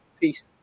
peace